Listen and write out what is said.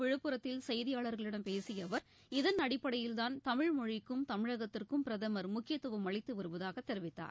விழுப்புரத்தில் செய்தியாளர்களிடம் பேசிய அவர் இன்று இதன் தமிழ்மொழிக்கும் தமிழகத்திற்கும் பிரதமர் முக்கியத்துவம் அளித்து வருவதாக தெரிவித்தார்